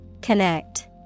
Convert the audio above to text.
Connect